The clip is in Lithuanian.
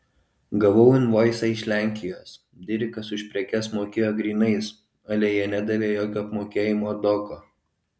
gavau invoisą iš lenkijos dirikas už prekes mokėjo grynais ale jie nedavė jokio apmokėjimo doko